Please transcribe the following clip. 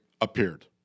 Appeared